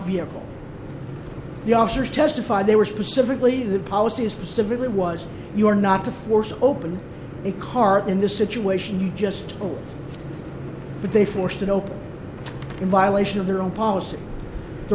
vehicle the officers testified they were specifically the policy is specifically was your not to force open a car in this situation you just or that they forced it open in violation of their own policy the